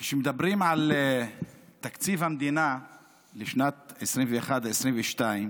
כשמדברים על תקציב המדינה לשנת 2022-2021,